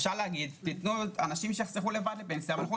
אפשר להגיד שאנשים יחסכו לבד לפנסיה אבל רואים